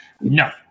No